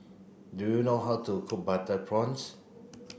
do you know how to cook butter prawns